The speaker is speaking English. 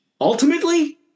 Ultimately